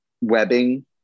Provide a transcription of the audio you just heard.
webbing